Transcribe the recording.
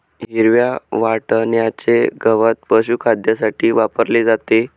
हिरव्या वाटण्याचे गवत पशुखाद्यासाठी वापरले जाते